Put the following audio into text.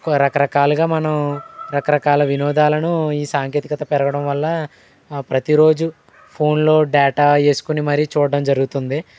రకరకాలుగా మనం రకరకాల వినోదాలను ఈ సాంకేతికత పెరగడం వల్ల ప్రతిరోజు ఫోన్లో డేటా వేసుకొని మరీ చూడడం జరుగుతుంది